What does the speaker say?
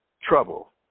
trouble